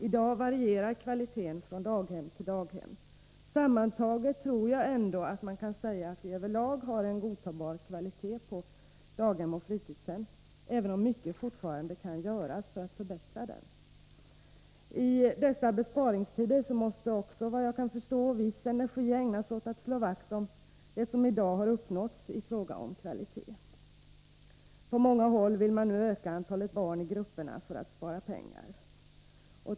I dag varierar kvaliteten från daghem till daghem. Sammantaget tror jag ändå att man kan säga att vi över lag har en godtagbar kvalitet på daghem och fritidshem, även om mycket fortfarande kan göras för att förbättra den. I dessa besparingstider måste också såvitt jag kan förstå viss energi ägnas åt att slå vakt om det som i dag har uppnåtts i fråga om kvalitet. På många håll vill man nu öka antalet barn i grupperna för att spara pengar.